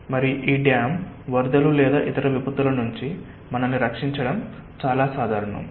మరియు ఈ డ్యామ్ వరదలు లేదా ఇతర విపత్తుల నుండి మనల్ని రక్షించడం చాలా సాధారణం